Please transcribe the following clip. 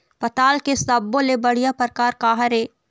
पताल के सब्बो ले बढ़िया परकार काहर ए?